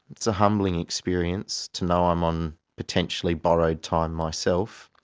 it's a humbling experience, to know i'm on potentially borrowed time myself.